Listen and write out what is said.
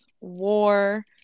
war